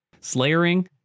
slayering